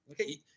okay